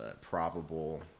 Probable